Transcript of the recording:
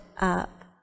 up